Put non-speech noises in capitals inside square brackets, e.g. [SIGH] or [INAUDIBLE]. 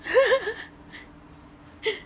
[LAUGHS]